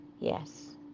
Yes